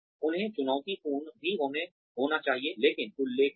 उन्हें चुनौतीपूर्ण भी होना चाहिए लेकिन उल्लेखनीय